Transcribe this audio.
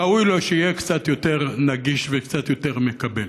ראוי לו שיהיה קצת יותר נגיש וקצת יותר מקבל.